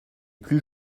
plus